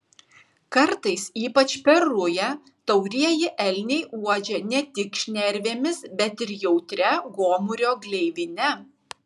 kartais ypač per rują taurieji elniai uodžia ne tik šnervėmis bet ir jautria gomurio gleivine